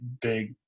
big